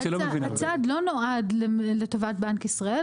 הצעד לא נועד לטובת בנק ישראל.